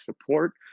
support